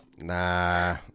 Nah